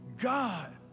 God